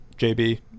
JB